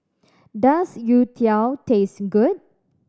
does youtiao taste good